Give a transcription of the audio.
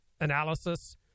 analysis